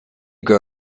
grow